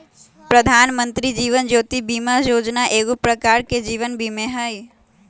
प्रधानमंत्री जीवन ज्योति बीमा जोजना एगो प्रकार के जीवन बीमें हइ